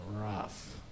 rough